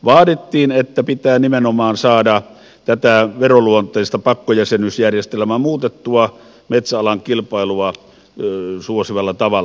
vaadittiin että pitää nimenomaan saada tätä veronluonteista pakkojäsenyysjärjestelmää muutettua metsäalan kilpailua suosivalla tavalla